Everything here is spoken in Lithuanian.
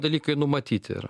dalykai numatyti yra